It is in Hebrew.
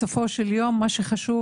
בסופו של יום מה שחשוב,